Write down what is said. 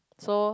so